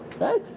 right